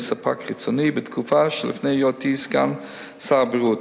ספק חיצוני בתקופה שלפני היותי סגן שר הבריאות.